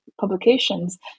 publications